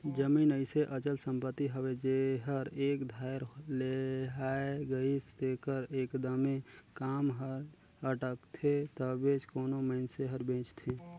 जमीन अइसे अचल संपत्ति हवे जेहर एक धाएर लेहाए गइस तेकर एकदमे काम हर अटकथे तबेच कोनो मइनसे हर बेंचथे